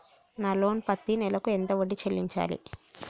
నా లోను పత్తి నెల కు ఎంత వడ్డీ చెల్లించాలి?